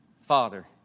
Father